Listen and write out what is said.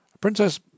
Princess